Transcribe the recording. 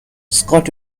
scott